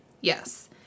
Yes